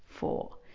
Four